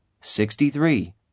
Sixty-three